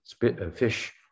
fish